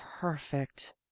perfect